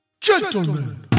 Gentlemen